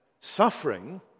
suffering